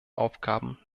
aufgaben